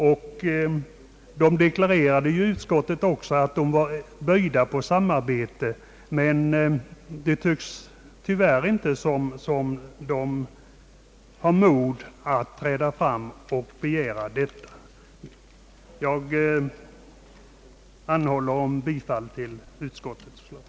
Jägarnas riksförbund deklarerade i utskottet att de var böjda för samarbete, och jag hoppas att ett sådant kommer till stånd. Jag yrkar bifall till utskottets förslag.